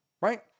right